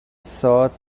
thought